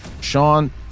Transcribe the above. sean